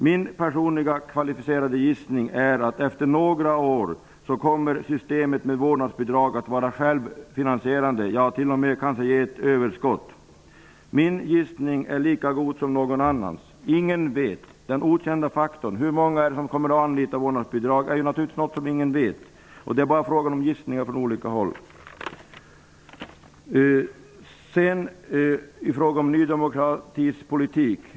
Min personliga kvalificerade gissning är att systemet med vårdnadsbidrag efter några år kommer att vara självfinansierande, t.o.m. kanske ge ett överskott. Min gissning är lika god om någon annans. Det är okänt hur många som kommer att utnyttja vårdnadsbidraget. Det är naturligtvis ingen som vet. Det är bara fråga om gissningar från olika håll. Sedan till frågan om Ny demokratis politik.